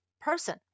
person